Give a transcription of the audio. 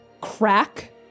crack